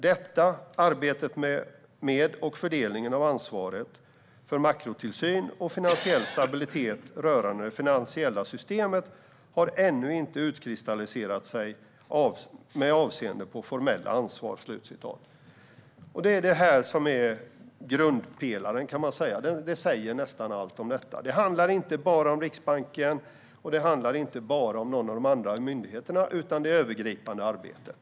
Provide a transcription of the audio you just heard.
Detta arbete med och fördelningen av ansvaret för makrotillsyn och finansiell stabilitet rörande det finansiella systemet har ännu inte utkristalliserat sig med avseende på formella ansvar. Detta är grundpelaren och säger nästan allt. Det handlar inte bara om Riksbanken och inte heller om bara någon av de andra myndigheterna utan om det övergripande arbetet.